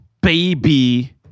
baby